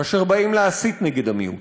כאשר באים להסית נגד המיעוט.